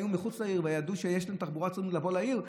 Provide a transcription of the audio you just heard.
הם היו מחוץ לעיר וידעו שיש להם תחבורה ציבורית לבוא לעיר,